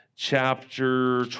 Chapter